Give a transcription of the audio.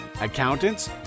accountants